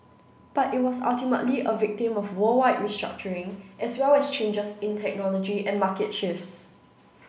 but it was ultimately a victim of worldwide restructuring as well as changes in technology and market shifts